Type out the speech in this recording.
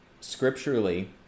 scripturally